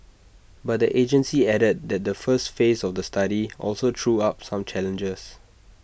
but the agency added that the first phase of the study also threw up some challenges